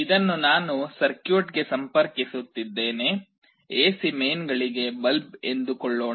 ಇದನ್ನು ನಾನು ಸರ್ಕ್ಯೂಟ್ಗೆ ಸಂಪರ್ಕಿಸುತ್ತಿದ್ದೇನೆ ಎಸಿ ಮೇನ್ಗಳಿಗೆ ಬಲ್ಬ್ ಎಂದುಕೊಳ್ಳೋಣ